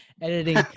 editing